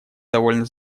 довольно